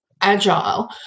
agile